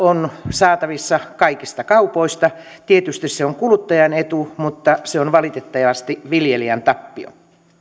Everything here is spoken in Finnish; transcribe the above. saatavissa kaikista kaupoista tietysti se on kuluttajan etu mutta se on valitettavasti viljelijän tappio